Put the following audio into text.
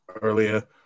earlier